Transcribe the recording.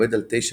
עומד על 9.3%.